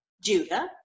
Judah